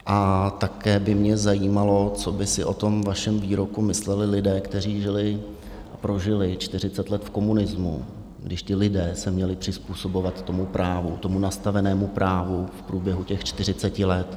A také by mě zajímalo, co by si o vašem výroku mysleli lidé, kteří žili a prožili čtyřicet let v komunismu, když ti lidé se měli přizpůsobovat tomu právu, tomu nastavenému právu v průběhu těch čtyřiceti let.